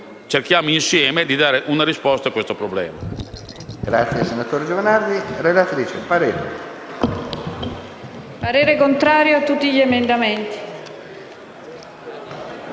Cerchiamo insieme di dare una risposta a questo problema.